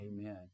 Amen